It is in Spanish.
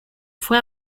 fue